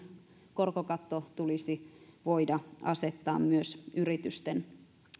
korkokatto tulisi voida asettaa myös yritysten